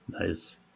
Nice